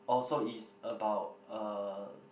oh so is about uh